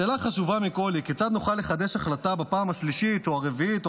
השאלה החשובה מכול היא כיצד נוכל לחדש בפעם השלישית או הרביעית או